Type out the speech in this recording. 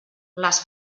les